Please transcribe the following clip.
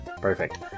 Perfect